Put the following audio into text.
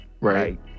Right